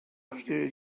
verstehe